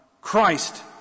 Christ